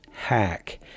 Hack